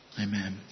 Amen